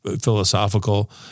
philosophical